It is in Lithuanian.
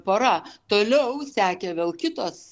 pora toliau sekė vėl kitos